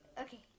Okay